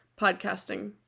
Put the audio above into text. podcasting